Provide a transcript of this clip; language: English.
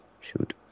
Shoot